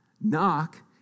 Knock